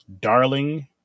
Darling